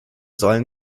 sollen